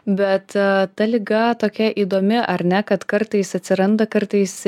bet ta liga tokia įdomi ar ne kad kartais atsiranda kartais